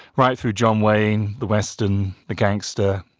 right through john wayne, the western, the gangster,